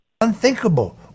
unthinkable